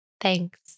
Thanks